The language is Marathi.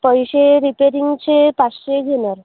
पैसे रिपेरिंगचे पाचशे घेणार